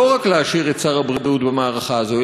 לא להשאיר רק את שר הבריאות במערכה הזאת,